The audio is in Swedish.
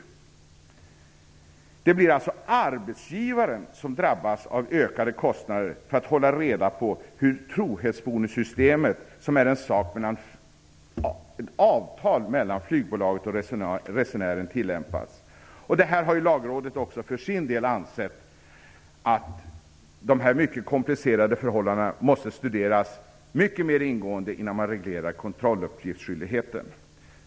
Det blir alltså arbetsgivaren som drabbas av ökade kostnader för att hålla reda på hur trohetsbonussystemet, som är ett avtal mellan flygbolaget och resenären, tillämpas. Lagrådet har ansett att dessa mycket komplicerade förhållanden måste studeras betydligt mer ingående innan kontrolluppgiftsskyldigheten regleras.